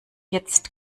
jetzt